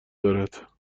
دارد